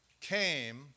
came